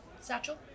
Satchel